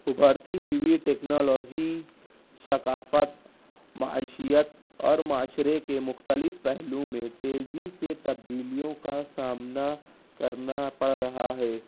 ابھرتی ہوئی ٹکنالوجی ثقافت معاشیت اور معاشرے کے مختلف پہلو میں تیزی سے تبدیلیوں کا سامنا کرنا پڑ رہا ہے